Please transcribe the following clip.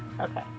Okay